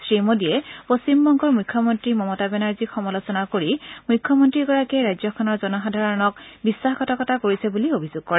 শ্ৰীমোদীয়ে পশ্চিমবংগৰ মুখ্যমন্ত্ৰী মমতা বেনাৰ্জীক সমালোচনা কৰি মুখ্যমন্ত্ৰীগৰাকীয়ে ৰাজ্যখনৰ জনসাধাৰণৰক বিধাসঘাতকতা কৰিছে বুলি অভিযোগ কৰে